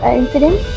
incident